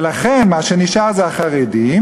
ולכן מה שנשאר זה החרדים,